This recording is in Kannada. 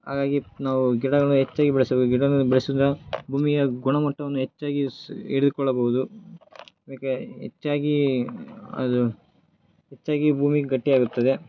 ಹಾಗಾಗಿ ನಾವು ಗಿಡಗಳು ಹೆಚ್ಚಾಗಿ ಬೆಳೆಸಬೇಕು ಗಿಡಗಳ ಬೆಳೆಸುದ ಭೂಮಿಯ ಗುಣಮಟ್ಟವನ್ನು ಹೆಚ್ಚಾಗಿ ಸ್ ಹಿಡಿದುಕೊಳ್ಳಬಹುದು ಏಕೆ ಹೆಚ್ಚಾಗಿ ಅದು ಹೆಚ್ಚಾಗಿ ಭೂಮಿ ಗಟ್ಟಿಯಾಗುತ್ತದೆ